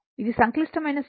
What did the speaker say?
ఇది సంక్లిష్టమైన సంఖ్య